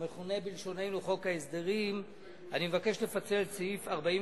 המכונה בלשוננו חוק ההסדרים, את סעיף 46(1)(ב)